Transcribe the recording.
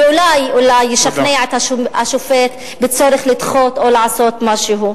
ואולי אולי ישכנע את השופט בצורך לדחות או לעשות משהו.